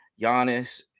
Giannis